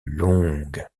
longue